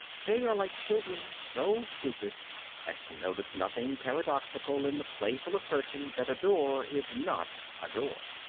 they are like children so stupid as to notice nothing paradoxical in the playful assertion that a door is not a door.